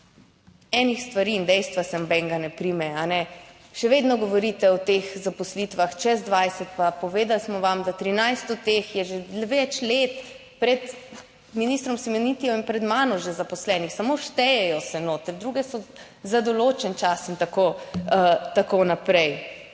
enih stvari in dejstva se nobenega ne prime, kajne? Še vedno govorite o teh zaposlitvah čez 20, pa povedali smo vam, da 13 od teh je že več let pred ministrom Simonitijem, pred mano, že zaposlenih, samo štejejo se noter, druge so za določen čas in tako, tako